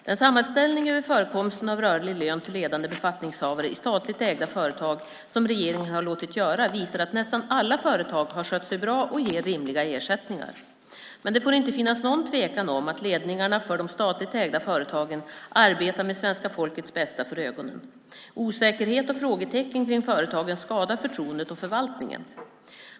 Den sammanställning över förekomsten av rörlig lön till ledande befattningshavare i statligt ägda företag som regeringen har låtit göra visar att nästan alla företag har skött sig bra och ger rimliga ersättningar. Men det får inte finnas någon tvekan om att ledningarna för de statligt ägda företagen arbetar med svenska folkets bästa för ögonen. Osäkerhet och frågetecken kring företagen skadar förtroendet och förvaltningen.